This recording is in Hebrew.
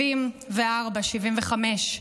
74, 75,